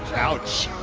ouch.